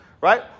Right